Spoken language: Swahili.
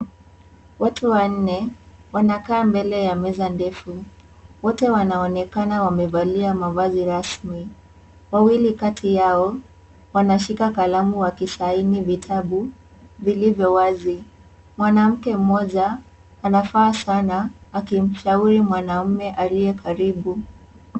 Watu wanne wanakaa mbele ya meza ndefu wote wanaonekana wamevalia mavazi rasmi wawili kati yao wanashika kalamu wa kisaini vitabu vilivyo wazi. Mwanamke mmoja anafaa sana akimshauri mwanaume aliye karibu.